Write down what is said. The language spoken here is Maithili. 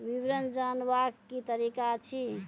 विवरण जानवाक की तरीका अछि?